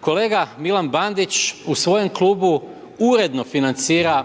Kolega Milan Bandić u svojem klubu uredno financira